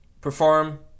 perform